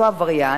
אותו עבריין,